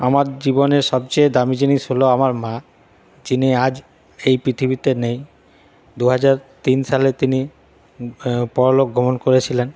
আমার জীবনে সবচেয়ে দামি জিনিস হল আমার মা যিনি আজ এই পৃথিবীতে নেই দুহাজার তিন সালে তিনি পরলোক গমন করেছিলেন